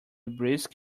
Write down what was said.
brisk